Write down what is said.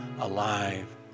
alive